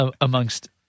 amongst